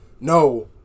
no